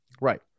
Right